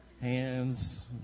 Hands